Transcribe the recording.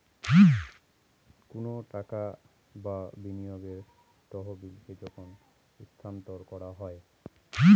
কোনো টাকা বা বিনিয়োগের তহবিলকে যখন স্থানান্তর করা হয়